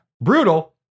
Brutal